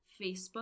Facebook